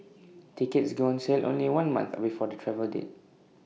tickets go on sale only one month before the travel date